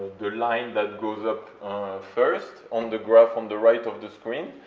the line that goes up first on the graph on the right of the screen,